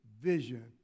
vision